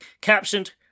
captioned